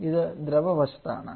ഇത് ദ്രവ വശത്ത് ആണ്